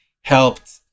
helped